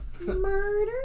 Murder